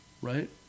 Right